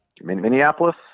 Minneapolis